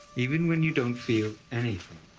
even when you don't feel anything.